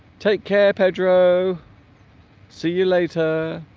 take care pedro see you later